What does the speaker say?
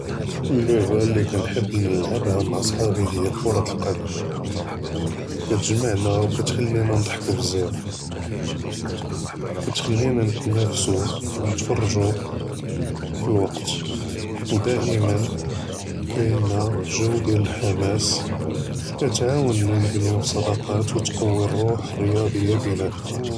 אֶלְלְעֻבָּה לִי כָּאנְחַבּ נְלַעַבְּהָ מְעַא Ṣְחַאבִּי הִיא כֻּּרַאת אֶלְקַדַם, כַּאתְגַ'מַעְנַא וְכַאתְכַלִּינַא נְضַחְּקוּ בְּזַאף, כַּאתְכַלִּינַא נְתַנַאףְסוּ וְנְתַפַרְּגְ'וּ אֶלְוַקְת וְדַאִימָאנ כַּאִינָה ג'וּ דִּיַאל אֶלְחַמָּאס, כַּאתְעַאוּנָא נִבְּנוּ צְדָאקַאת וְכַאתְקַוִּי רֻּוח אֶלְרִיַאדִיָּה בֵּינַאתְנָא.